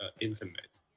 intimate